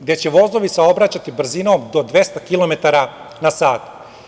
gde će vozovi saobraćati brzinom do 200 kilometara na sat.